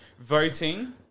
Voting